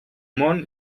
món